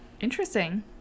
Interesting